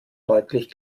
deutlich